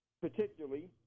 particularly